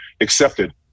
accepted